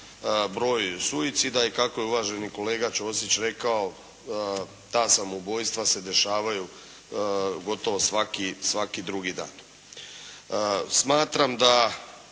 broj suicida i kako je uvaženi kolega Čosić rekao ta samoubojstva se dešavaju gotovo svaki, svaki drugi dan. Smatram da,